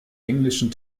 englischen